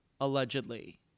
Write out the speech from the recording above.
allegedly